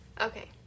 Okay